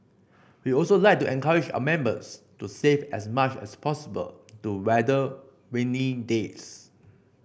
we also like to encourage our members to save as much as possible to weather rainy days